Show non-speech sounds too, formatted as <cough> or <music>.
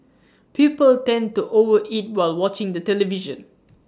<noise> people tend to over eat while watching the television